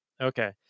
Okay